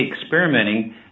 experimenting